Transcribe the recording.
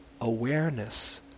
awareness